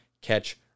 catch